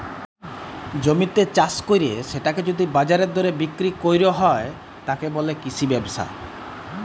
জমিতে চাস কইরে সেটাকে যদি বাজারের দরে বিক্রি কইর হয়, তাকে বলে কৃষি ব্যবসা